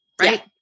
right